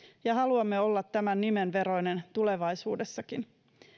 ja haluamme olla tämän nimen veroinen tulevaisuudessakin